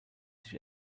sich